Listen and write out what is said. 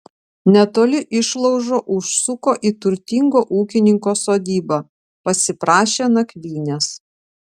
netoli išlaužo užsuko į turtingo ūkininko sodybą pasiprašė nakvynės